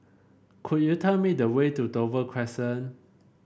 could you tell me the way to Dover Crescent